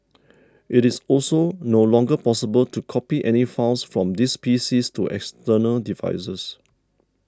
it is also no longer possible to copy any files from these PCs to external devices